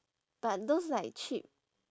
but those like cheap